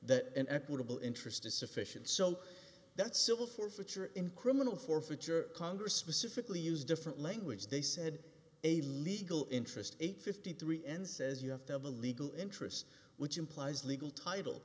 that an equitable interest is sufficient so that civil forfeiture in criminal forfeiture congress specifically use different language they said a legal interest eight hundred and fifty three and says you have to have a legal interest which implies legal title